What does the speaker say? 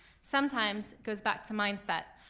sometimes, goes back to mindset.